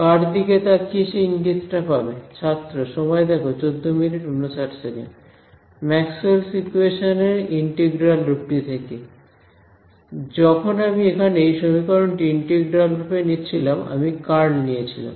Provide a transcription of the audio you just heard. কার দিকে তাকিয়ে সেই ইঙ্গিতটা পাবে ম্যাক্সওয়েলস ইকোয়েশনস Maxwell's equations এর ইন্টিগ্রাল রূপটি থেকে যখন আমি এখানে এই সমীকরণটি ইন্টিগ্রাল রূপে নিচ্ছিলাম আমি কার্ল নিয়েছিলাম